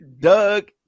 Doug